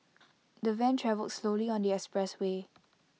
the van travelled slowly on the expressway